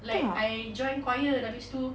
like I join choir habis tu